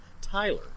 tyler